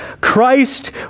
christ